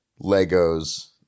Legos